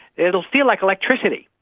it will feel like electricity.